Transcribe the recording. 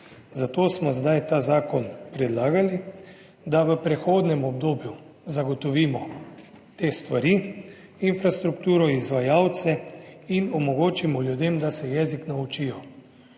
Zato smo zdaj ta zakon predlagali, da v prehodnem obdobju zagotovimo te stvari, infrastrukturo, izvajalce in omogočimo ljudem, da se jezik naučijo.